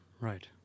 Right